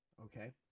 okay